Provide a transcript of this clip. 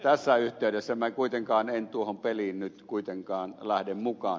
tässä yhteydessä minä kuitenkaan en tuohon peliin nyt lähde mukaan